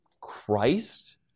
Christ